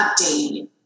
updating